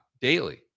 daily